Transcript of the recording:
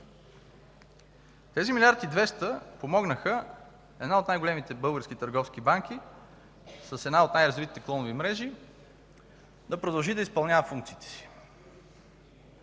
млн. български лева помогнаха една от най-големите български търговски банки с една от най-развитите клонови мрежи да продължи да изпълнява функциите си.